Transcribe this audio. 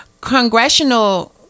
congressional